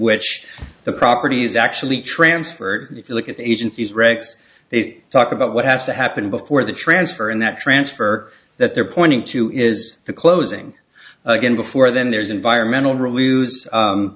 which the property is actually transferred if you look at the agency's regs they talk about what has to happen before the transfer and that transfer that they're pointing to is the closing again before then there's environmental